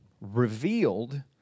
revealed